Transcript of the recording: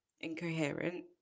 incoherent